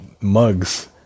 mugs